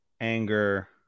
anger